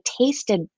tasted